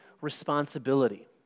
responsibility